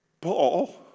Paul